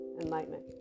enlightenment